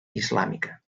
islàmica